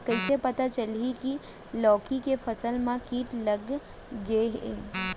कइसे पता चलही की लौकी के फसल मा किट लग गे हे?